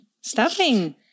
Stuffing